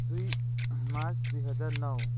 दुई मार्च दुई हजार नौ